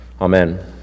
Amen